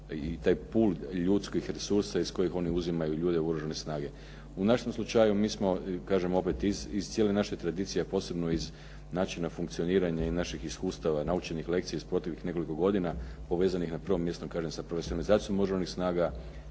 razumije./… ljudskih resursa iz kojih oni uzimaju ljude u oružane snage. U našem slučaju, mi smo, kažem opet iz cijele naše tradicije, a posebno iz načina funkcioniranja i naših iskustava, naučenih lekcija iz proteklih nekoliko godina povezanih na prvom mjestu, kažem sa profesionalizacijom Oružanih snaga,